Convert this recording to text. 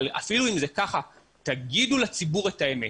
אבל אפילו אם זה ככה תגידו לציבור את האמת,